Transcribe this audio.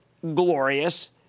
glorious